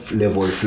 level